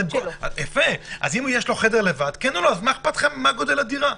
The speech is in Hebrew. אם יש לו חדר לבד אז מה אכפת לכם מה גודל הדירה?